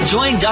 Join